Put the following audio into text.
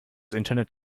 internet